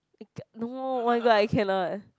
no oh-my-god I cannot